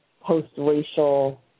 post-racial